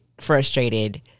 frustrated